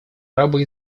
арабо